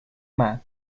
man